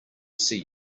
see